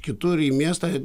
kitur į miestą